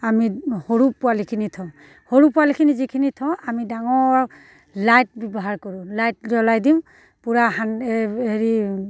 আমি সৰু পোৱালিখিনি থওঁ সৰু পোৱালিখিনি যিখিনি থওঁ আমি ডাঙৰ লাইট ব্যৱহাৰ কৰোঁ লাইট জ্বলাই দিওঁ পূৰা হেৰি